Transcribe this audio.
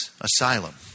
Asylum